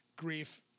grief